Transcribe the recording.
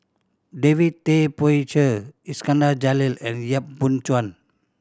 David Tay Poey Cher Iskandar Jalil and Yap Boon Chuan